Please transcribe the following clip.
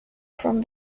from